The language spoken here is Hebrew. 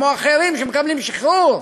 כמו אחרים שמקבלים שחרור.